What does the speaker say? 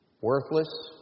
worthless